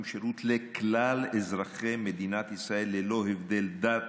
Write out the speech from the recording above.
שירות לכלל אזרחי מדינת ישראל ללא הבדל דת,